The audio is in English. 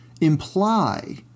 imply